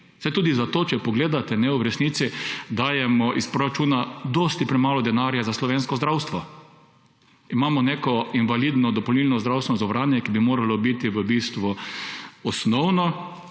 Saj tudi zato, če pogledate, v resnici dajemo iz proračuna dosti premalo denarja za slovensko zdravstvo. Imamo neko invalidno dopolnilno zdravstveno zavarovanje, ki bi moralo biti v bistvu osnovno,